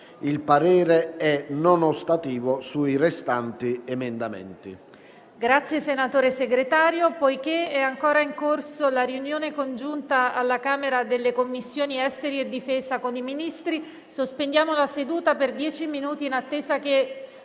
Il parere è non ostativo sui restanti emendamenti».